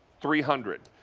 three hundred.